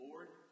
Lord